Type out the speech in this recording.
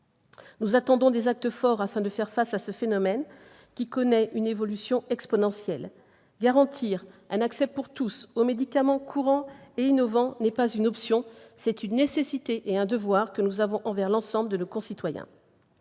Nous attendons donc des actes forts pour faire face à ce phénomène, qui connaît une évolution exponentielle. Garantir un accès pour tous aux médicaments courants et innovants n'est pas une option : c'est une nécessité et un devoir que nous avons envers l'ensemble de nos concitoyens